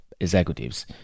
executives